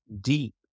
deep